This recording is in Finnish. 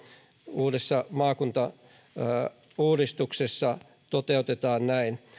uudessa maakuntauudistuksessa toteutetaan näin